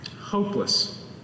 hopeless